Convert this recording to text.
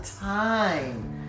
time